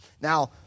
Now